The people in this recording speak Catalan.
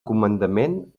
comandament